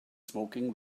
smoking